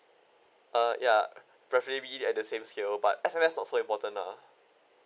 uh ya preferably at the same scale but S_M_S not so important lah